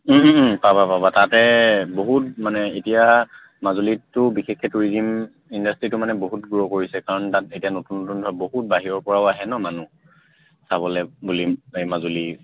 পাবা পাবা তাতে বহুত মানে এতিয়া মাজুলীটো বিশেষকৈ টুৰিজিম ইণ্ডাষ্ট্ৰীটো মানে বহুত গ্ৰ' কৰিছে কাৰণ তাত এতিয়া নতুন নতুন ধৰ বহুত বাহিৰৰপৰাও আহে ন মানুহ চাবলৈ বুলি এই মাজুলী